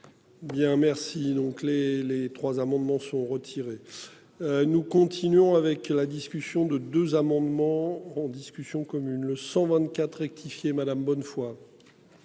Bien merci donc les les trois amendements sont retirés. Nous continuons avec la discussion de deux amendements en discussion commune le 124 rectifié madame bonne foi.